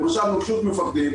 למשל, לוקחים מפקדים,